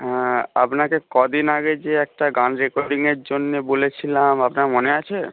হ্যাঁ আপনাকে কদিন আগে যে একটা গান রেকর্ডিংয়ের জন্যে বলেছিলাম আপনার মনে আছে